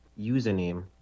username